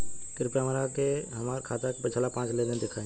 कृपया हमरा के हमार खाता के पिछला पांच लेनदेन देखाईं